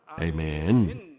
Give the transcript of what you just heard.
Amen